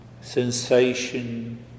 sensation